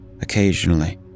occasionally